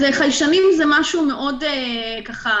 חיישנים זה משהו מאוד אישי.